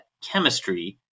chemistry